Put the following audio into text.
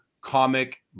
comic